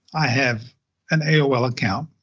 i have an aol account,